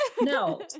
no